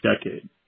decade